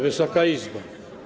Wysoka Izbo!